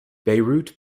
beirut